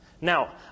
Now